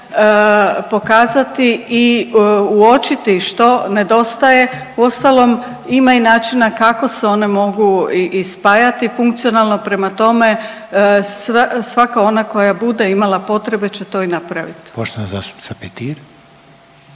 pokazati i uočiti što nedostaje. Uostalom, ima i načina kako se one mogu i spajati funkcionalno, prema tome, svaka ona koja bude imala potrebe će to i napraviti.